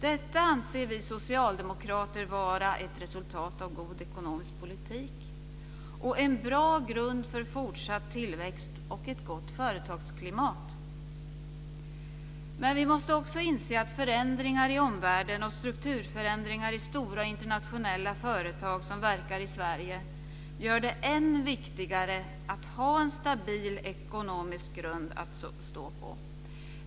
Detta anser vi socialdemokrater vara ett resultat av god ekonomisk politik och en bra grund för fortsatt tillväxt och gott företagsklimat. Men vi måste också inse att förändringar i omvärlden och strukturförändringar i stora internationella företag som verkar i Sverige gör det än viktigare att ha en stabil ekonomisk grund att stå på.